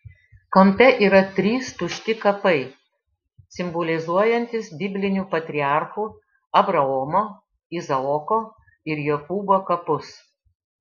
kampe yra trys tušti kapai simbolizuojantys biblinių patriarchų abraomo izaoko ir jokūbo kapus